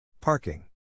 Parking